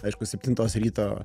aišku septintos ryto